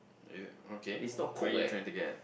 is it okay what you trying to get